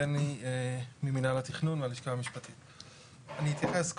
אני אתייחס.